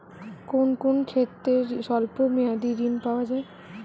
কোন কোন ক্ষেত্রে স্বল্প মেয়াদি ঋণ পাওয়া যায়?